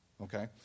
okay